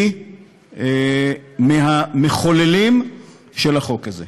היא מהמחוללים של החוק הזה.